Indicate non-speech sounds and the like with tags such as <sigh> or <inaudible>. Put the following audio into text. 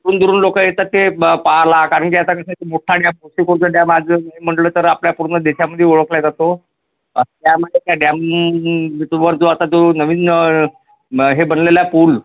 दुरून दुरून लोक येतात ते ब पाहायला कारणकी आता कसं आहे मोठा डॅम <unintelligible> डॅम आज ए म्हटलं तर आपल्या पूर्ण देशामध्ये ओळखला जातो त्यामध्ये त्या डॅमवर जो आता तो नवीन हे बनलेला पूल